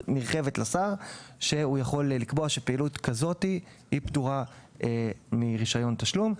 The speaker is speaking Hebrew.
לקבוע שפעילות כזו פטורה מרישיון תשלום.